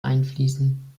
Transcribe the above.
einfließen